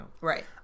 right